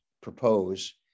propose